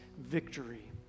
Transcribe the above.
victory